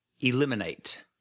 Eliminate